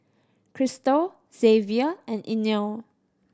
Kristal Xzavier and Inell